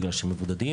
בגלל שהם מבודדים,